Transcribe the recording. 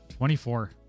24